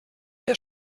der